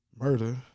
Murder